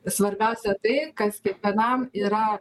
svarbiausia tai kas kiekvienam yra